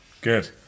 Good